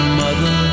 mother